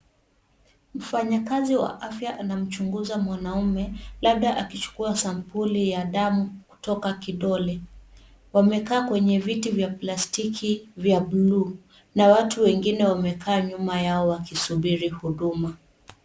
Mfanyakazi wa afya anamchunguza mwanaume, labda akichukua sampuli ya damu kutoka kidole. Wamekaa kwenye viti vya plastiki vya buluu na watu wengine wamekaa nyuma yao wakisubiri huduma.